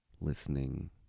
listening